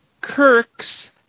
kirk's